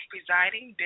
Presiding